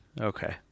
Okay